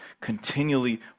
continually